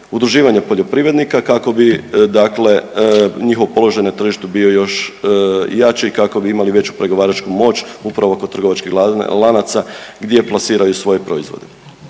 udruživanja poljoprivrednika kako bi, dakle njihov položaj na tržištu bio još jači i kako bi imali veću pregovaračku moć upravo oko trgovačkih lanaca gdje plasiraju svoje proizvode.